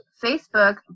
Facebook